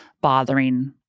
bothering